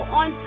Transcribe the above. on